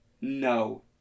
no